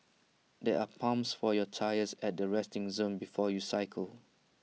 there are pumps for your tyres at the resting zone before you cycle